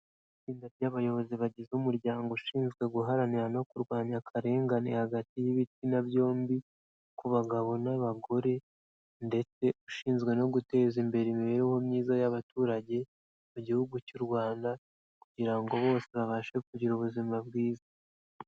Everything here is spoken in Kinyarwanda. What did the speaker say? Itsinda ry'abayobozi bagize umuryango ushinzwe guharanira no kurwanya akarengane hagati y'ibitsina byombi, ku bagabo n'abagore ndetse ushinzwe no guteza imbere imibereho myiza y'abaturage mu gihugu cy'u Rwanda kugira ngo bose babashe kugira ubuzima bwiza.